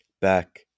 back